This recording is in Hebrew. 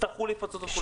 יצטרכו לפצות את כולם,